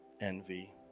envy